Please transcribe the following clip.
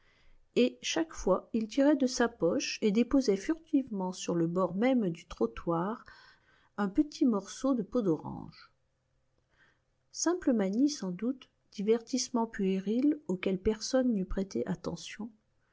et chaque fois il tirait de sa poche et déposait furtivement sur le bord même du trottoir un petit morceau de peau d'orange simple manie sans doute divertissement puéril auquel personne n'eût prêté attention